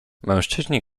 mężczyźni